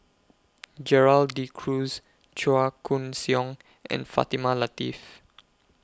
Gerald De Cruz Chua Koon Siong and Fatimah Lateef